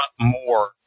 more